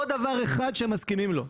לא דבר אחד שהם מסכימים לו,